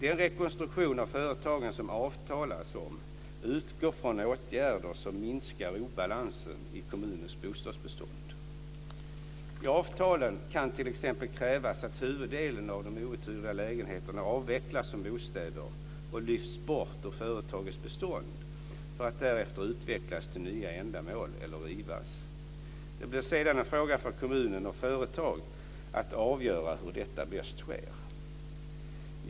Den rekonstruktion av företagen som avtalas om utgår från åtgärder som minskar obalansen i kommunens bostadsbestånd. I avtalen kan t.ex. krävas att huvuddelen av de outhyrda lägenheterna avvecklas som bostäder och lyfts bort ur företagets bestånd för att därefter utvecklas för nya ändamål eller rivas. Det blir sedan en fråga för kommun och företag att avgöra hur detta bäst sker.